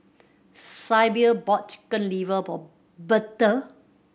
Sybil bought Chicken Liver for Betha